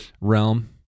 realm